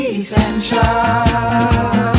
essential